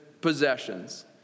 possessions